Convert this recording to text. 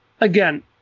again